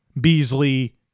Beasley